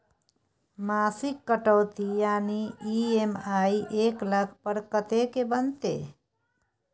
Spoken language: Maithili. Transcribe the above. मासिक कटौती यानी ई.एम.आई एक लाख पर कत्ते के बनते?